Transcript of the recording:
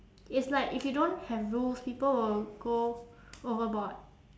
it's like if you don't have rules people will go overboard